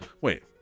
wait